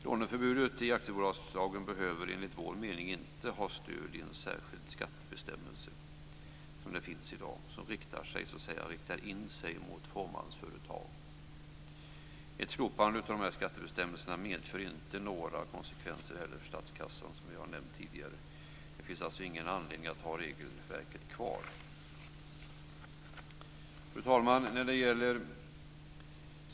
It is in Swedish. Låneförbudet i aktiebolagslagen behöver enligt vår mening inte ha stöd av de särskilda skattebestämmelser som finns i dag och som riktar sig mot fåmansföretag. Ett slopande av dessa skattebestämmelser medför inte några konsekvenser för statskassan, som nämnts här tidigare. Det finns ingen aneldning att ha regelverket kvar. Fru talman!